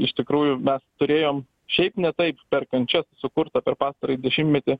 iš tikrųjų mes turėjom šiaip ne taip per kančias sukurtą per pastarąjį dešimtmetį